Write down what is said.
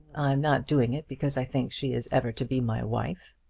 i'm not doing it because i think she is ever to be my wife.